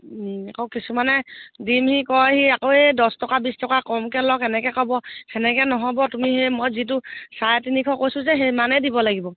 আকৌ কিছুমানে দিমহি কয়হি আকৌ এই দহ টকা বিছ টকা কমকৈ লওক তেনেকৈ ক'ব তেনেকৈ নহ'ব তুমি সেই মই যিটো চাৰে তিনিশ কৈছোঁ যে সিমানেই দিব লাগিব